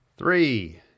Three